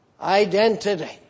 identity